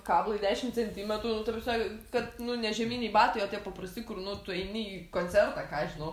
kablai dešim centimetrų ta prasme kad nu ne žieminiai batai o tie paprasti kur nu tu eini į koncertą ką aš žinau